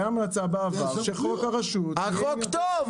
הייתה המלצה בעבר שחוק הרשות --- החוק טוב,